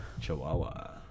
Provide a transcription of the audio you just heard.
chihuahua